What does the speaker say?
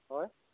হয়